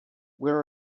where